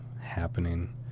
happening